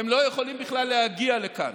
הם לא יכולים בכלל להגיע לכאן.